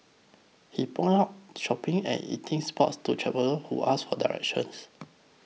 he points out shopping and eating spots to traveller who ask for directions